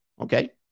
Okay